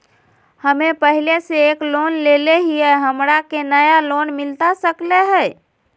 हमे पहले से एक लोन लेले हियई, हमरा के नया लोन मिलता सकले हई?